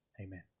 Amen